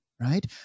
right